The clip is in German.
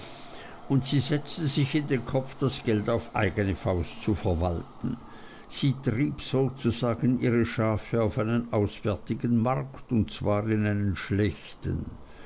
und sie setzte sich in den kopf das geld auf eigne faust zu verwalten sie trieb sozusagen ihre schafe auf einen auswärtigen markt und zwar auf einen schlechten